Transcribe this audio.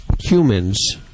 humans